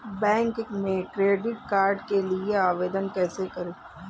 Bank में credit card के लिए आवेदन कैसे करें?